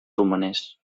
romanès